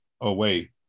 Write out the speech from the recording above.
away